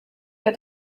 der